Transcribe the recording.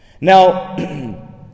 Now